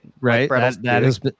Right